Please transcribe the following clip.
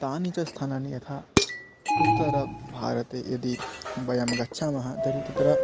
तानि च स्थानानि यथा उत्तरभारते यदि वयं गच्छामः तर्हि तत्र